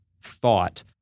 thought